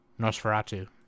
Nosferatu